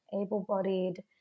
able-bodied